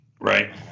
Right